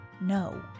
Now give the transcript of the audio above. No